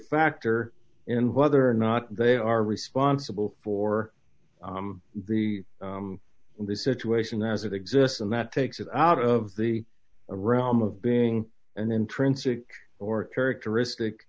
factor in whether or not they are responsible for the in the situation as it exists and that takes it out of the realm of being an intrinsic or characteristic